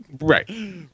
Right